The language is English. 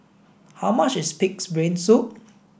how much is pig's brain soup